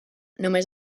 només